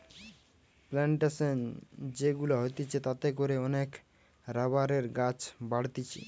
plantation যে গুলা হতিছে তাতে করে অনেক রাবারের গাছ বাড়তিছে